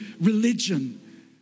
religion